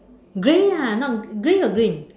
grey ah not grey or green